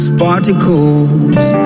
particles